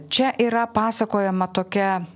čia yra pasakojama tokia